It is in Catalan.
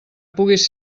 puguis